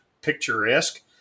picturesque